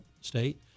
State